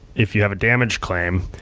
if you have a damage claim,